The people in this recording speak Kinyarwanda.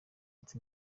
ati